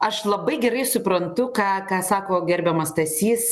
aš labai gerai suprantu ką ką sako gerbiamas stasys